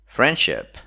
Friendship